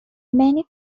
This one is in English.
many